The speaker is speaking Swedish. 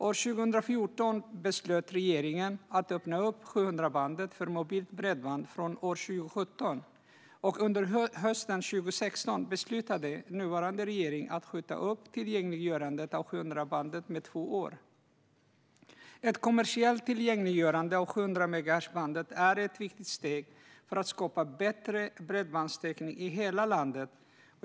År 2014 beslutade regeringen att öppna 700-bandet för mobilt bredband från år 2017, och under hösten 2016 beslutade nuvarande regering att skjuta upp tillgängliggörandet av 700-bandet med två år. Ett kommersiellt tillgängliggörande av 700-megahertzbandet är ett viktigt steg för att skapa bättre bredbandstäckning i hela landet.